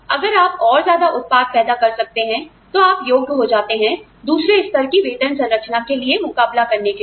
और अगर आप और ज्यादा उत्पाद पैदा कर सकते हैं तो आप योग्य हो जाते हैं दूसरे स्तर की वेतन संरचना के लिए मुकाबला करने के लिए